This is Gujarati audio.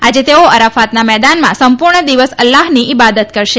આજે તેઓ અરાફતના મેદાનમાં સંપૂર્ણ દિવસ અલ્લાહની ઈબાદત કરશે